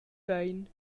bein